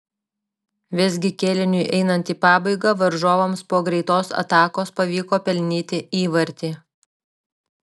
visgi kėliniui einant į pabaigą varžovams po greitos atakos pavyko pelnyti įvartį